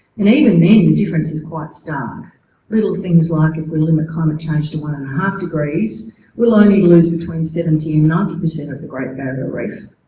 and even then the difference is quite stark little things like if we limit climate change to one and a half degrees we'll only loose between seventy and ninety percent at the great barrier reef